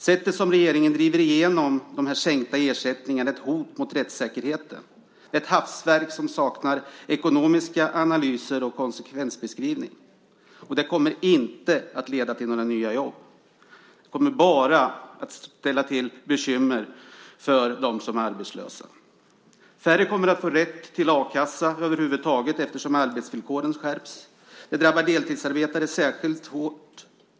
Sättet som regeringen driver igenom de sänkta ersättningarna på är ett hot mot rättssäkerheten, ett hafsverk som saknar ekonomiska analyser och konsekvensbeskrivningar, och det kommer inte att leda till några nya jobb. Det kommer bara att ställa till bekymmer för dem som är arbetslösa. Färre kommer att få rätt till a-kassa över huvud taget eftersom arbetsvillkoren skärps. Det drabbar deltidsarbetande särskilt hårt.